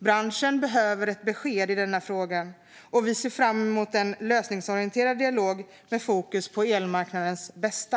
Branschen behöver ett besked i denna fråga, och vi ser fram emot en lösningsorienterad dialog med fokus på elmarknadens bästa.